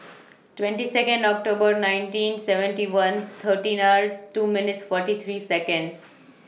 twenty Second October nineteen seventy one thirteen hours two minutes forty three Seconds